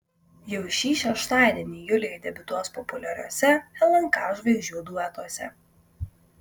jau šį šeštadienį julija debiutuos populiariuose lnk žvaigždžių duetuose